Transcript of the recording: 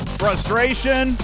frustration